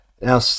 Now